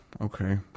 Okay